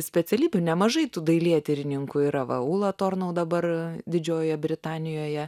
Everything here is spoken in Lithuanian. specialybių nemažai tų dailėtyrininkų yra va ūla tornau dabar didžiojoje britanijoje